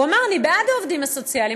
והוא אמר: אני בעד העובדים הסוציאליים.